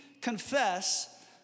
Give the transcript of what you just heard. confess